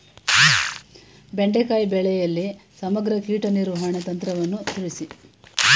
ಬೆಂಡೆಕಾಯಿ ಬೆಳೆಯಲ್ಲಿ ಸಮಗ್ರ ಕೀಟ ನಿರ್ವಹಣೆ ತಂತ್ರವನ್ನು ತಿಳಿಸಿ?